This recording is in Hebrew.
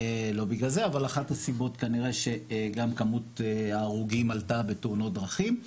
אחת הסיבות כנראה שגם כמות ההרוגים עלתה בתאונות דרכים.